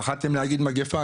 פחדתם להגיד מגפה,